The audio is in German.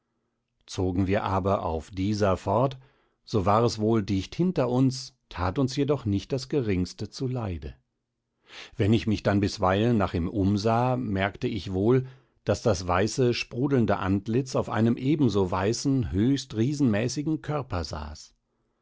zogen wir aber auf dieser fort so war es wohl dicht hinter uns tat uns jedoch nicht das geringste zuleide wenn ich mich dann bisweilen nach ihm umsah merkte ich wohl daß das weiße sprudelnde antlitz auf einem ebenso weißen höchst riesenmäßigen körper saß